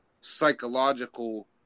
psychological